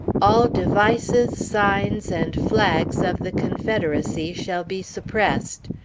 all devices, signs, and flags of the confederacy shall be suppressed.